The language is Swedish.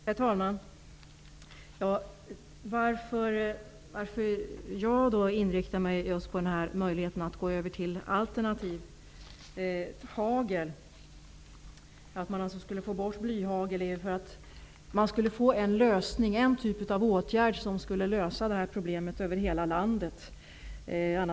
Herr talman! Anledningen till att jag inriktar mig just på möjligheten att gå över till alternativt hagel -- att man skulle få bort blyhagel -- är för att det är en typ av åtgärd som skulle lösa problemet över hela landet.